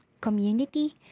community